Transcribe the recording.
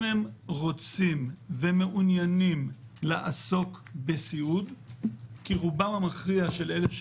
אם הם רוצים ומעוניינים לעסוק בסיעוד ויפנו אלינו,